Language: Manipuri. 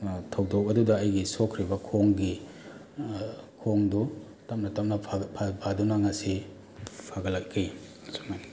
ꯊꯧꯗꯧ ꯑꯗꯨꯗ ꯑꯩꯒꯤ ꯁꯣꯛꯈ꯭ꯔꯤꯕ ꯈꯣꯡꯒꯤ ꯈꯣꯡꯗꯣ ꯇꯞꯅ ꯇꯞꯅ ꯐꯗꯨꯅ ꯉꯁꯤ ꯐꯒꯠꯂꯛꯈꯤ ꯁꯨꯃꯥꯏꯅ